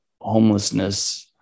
homelessness